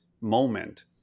moment